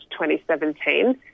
2017